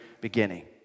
beginning